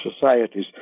societies